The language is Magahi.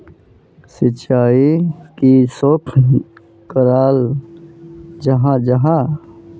सिंचाई किसोक कराल जाहा जाहा?